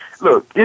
Look